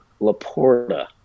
LaPorta